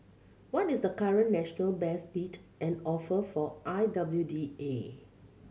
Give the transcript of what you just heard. what is the current national best bid and offer for I W D A